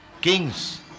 kings